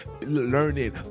learning